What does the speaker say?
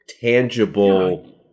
tangible